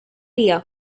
area